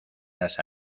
las